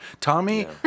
Tommy